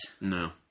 No